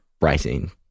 writing